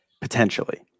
Potentially